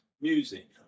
music